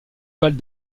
valent